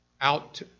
out